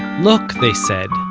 look they said,